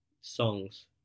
songs